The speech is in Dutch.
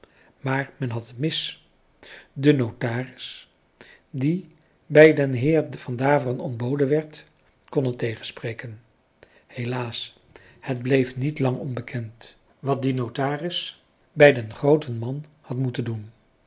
maar men had het mis de notaris die bij den heer van daveren ontboden werd kon het tegenspreken helaas het bleef niet lang onbekend wat die notaris bij den grooten man had moeten doen